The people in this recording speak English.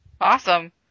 Awesome